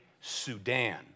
Sudan